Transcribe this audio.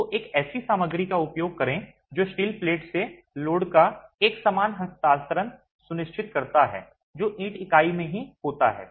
तो एक ऐसी सामग्री का उपयोग करें जो स्टील प्लेट से लोड का एकसमान हस्तांतरण सुनिश्चित करता है जो ईंट इकाई में ही होता है